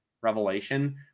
revelation